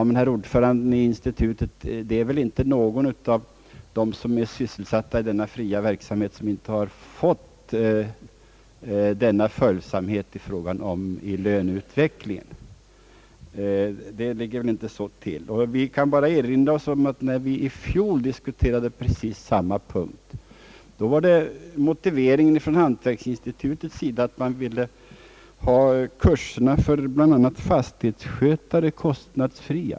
Men herr ordföranden i institutet, det är väl inte någon av dem som är sysselsatta i denna fria verksamhet som inte redan har fått denna följsamhet i fråga om löneutvecklingen. Det ligger inte till så. Vi kan bara erinra oss att när vi i fjol diskuterade samma punkt var motiveringen från hantverksinstitutet att man ville att kurserna för bl.a. fastighetsskötare skulle vara kostnadsfria.